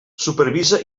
supervisa